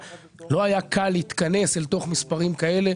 להתכנס אל המספרים האלה.